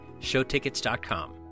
Showtickets.com